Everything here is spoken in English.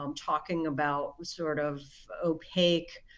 um talking about sort of opaque